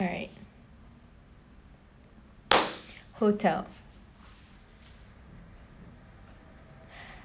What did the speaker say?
alright hotel